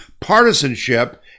partisanship